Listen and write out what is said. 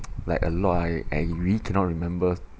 like a lot I I really cannot remember